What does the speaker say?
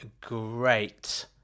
great